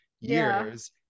years